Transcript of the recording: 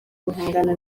guhangana